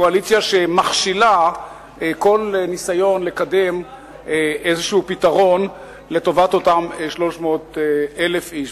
קואליציה שמכשילה כל ניסיון לקדם איזה פתרון לטובת אותם 300,000 איש.